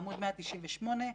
בעמוד 198,